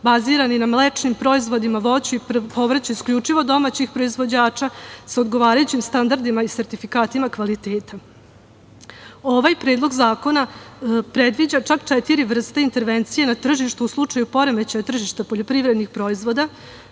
bazirani na mlečnim proizvodima, voću i povrću isključivo domaćih proizvođača, sa odgovarajućim standardima i sertifikatima kvaliteta. Ovaj predlog zakona predviđa čak četiri vrste intervencija na tržištu u slučaju poremećaja tržišta poljoprivrednih proizvoda.